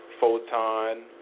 photon